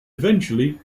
eventually